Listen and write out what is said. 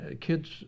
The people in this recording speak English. kids